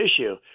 issue